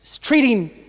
Treating